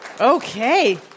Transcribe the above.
Okay